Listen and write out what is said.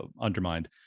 undermined